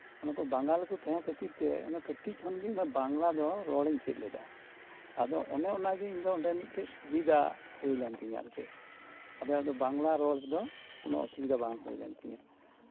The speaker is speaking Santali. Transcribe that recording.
ᱚᱱᱮ ᱵᱟᱝᱜᱟᱞᱤ ᱠᱚ ᱛᱟᱦᱮᱸ ᱠᱷᱟᱹᱛᱤᱨ ᱛᱮ ᱠᱟᱹᱴᱤᱡ ᱠᱷᱚᱱ ᱜᱮ ᱤᱧ ᱫᱚ ᱵᱟᱝᱞᱟᱧ ᱪᱮᱫ ᱞᱮᱫᱟ ᱟᱫᱚ ᱚᱱᱮ ᱚᱱᱟ ᱜᱤ ᱤᱧ ᱫᱚ ᱚᱸᱰᱮ ᱢᱤᱫᱴᱮᱡ ᱥᱩᱵᱤᱫᱟ ᱦᱩᱭ ᱞᱮᱱ ᱛᱤᱧᱟᱹ ᱟᱨᱠᱤ ᱟᱫᱚᱼᱟᱫᱚ ᱵᱟᱝᱞᱟ ᱨᱚᱲ ᱫᱚ ᱠᱳᱱᱳ ᱚᱥᱩᱵᱤᱫᱟ ᱵᱟᱝ ᱦᱩᱭ ᱞᱮᱱ ᱛᱤᱧᱟᱹ